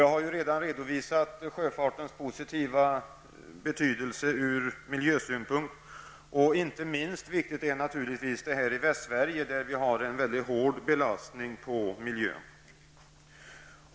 Jag har ju redan redovisat sjöfartens positiva betydelse från miljösynpunkt. Inte minst viktigt är det beträffande Västsverige, där det är en mycket hård belastning på miljön.